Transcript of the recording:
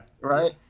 Right